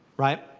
right.